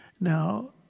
now